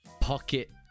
pocket